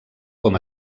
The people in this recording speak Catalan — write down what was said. com